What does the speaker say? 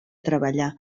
treballar